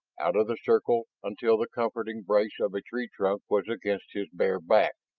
out of the circle until the comforting brace of a tree trunk was against his bare back.